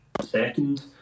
second